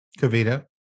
Kavita